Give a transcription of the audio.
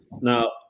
Now